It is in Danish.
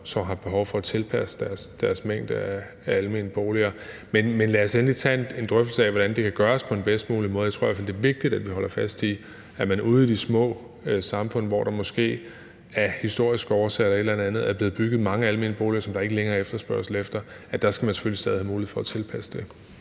som har behov for at tilpasse deres mængde af almene boliger. Men lad os endelig tage en drøftelse af, hvordan det kan gøres på den bedst mulige måde. Jeg tror i hvert fald, det er vigtigt, at vi holder fast i, at man ude i de små samfund, hvor der måske af historiske årsager eller af andre grunde er blevet bygget mange almene boliger, som der ikke længere er efterspørgsel efter, selvfølgelig stadig væk skal have mulighed for at tilpasse det.